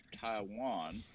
Taiwan